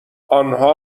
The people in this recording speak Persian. نها